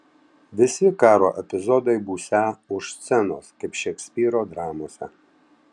visi karo epizodai būsią už scenos kaip šekspyro dramose